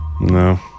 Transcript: no